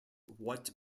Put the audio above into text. what